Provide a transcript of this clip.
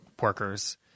workers